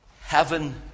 heaven